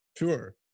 Sure